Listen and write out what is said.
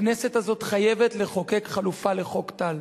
הכנסת הזאת חייבת לחוקק חלופה לחוק טל.